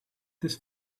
this